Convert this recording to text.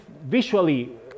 visually